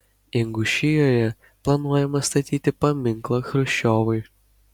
ingušijoje planuojama statyti paminklą chruščiovui